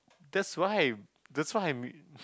that's why that's why I'm